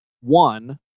One